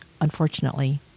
unfortunately